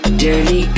dirty